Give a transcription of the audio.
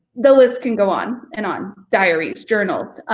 the list can go on and on. diaries, journals,